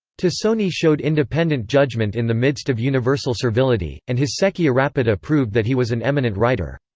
tassoni showed independent judgment in the midst of universal servility, and his secchia rapita proved that he was an eminent writer.